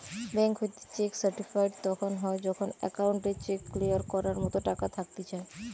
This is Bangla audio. বেঙ্ক হইতে চেক সার্টিফাইড তখন হয় যখন অ্যাকাউন্টে চেক ক্লিয়ার করার মতো টাকা থাকতিছে